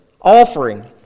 offering